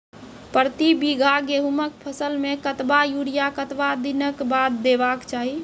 प्रति बीघा गेहूँमक फसल मे कतबा यूरिया कतवा दिनऽक बाद देवाक चाही?